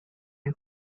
you